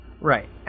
Right